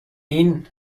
این